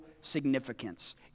significance